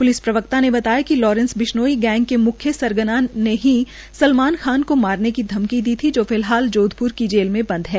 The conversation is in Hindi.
प्लिस प्रवक्ता ने बताया कि लॉरेन्स बिशनोई गैंग के मुख्य सरगना ने ही सलमान खान को मारेने की धमकी दी थी जो फिलहाल जोधप्र जेल में बंद है